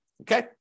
okay